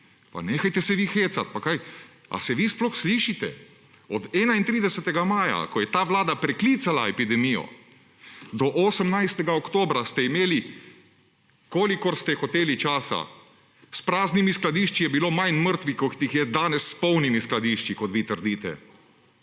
Pa nehajte se vi hecati! A se vi sploh slišite? Od 31. maja, ko je ta vlada preklicala epidemijo, do 18. oktobra ste imeli, kolikor ste hoteli časa. S praznimi skladišči je bilo manj mrtvih, kot jih je danes s polnimi skladišči, kot vi trdite.